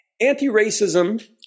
Anti-racism